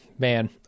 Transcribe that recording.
Man